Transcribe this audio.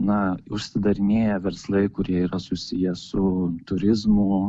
na užsidarinėja verslai kurie yra susiję su turizmu